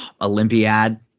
Olympiad